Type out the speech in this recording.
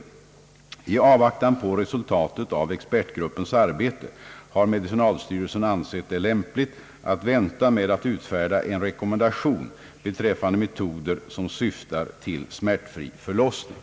I avvaktan på resultatet av expertgruppens arbete har medicinalstyrelsen ansett det lämpligt att vänta med att utfärda en rekommendation beträffande metoder som syftar till smärtfri förlossning.